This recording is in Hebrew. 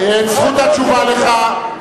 זכות התשובה לך,